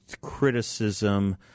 criticism